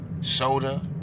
soda